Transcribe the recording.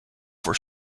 for